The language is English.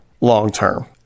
long-term